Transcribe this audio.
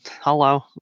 hello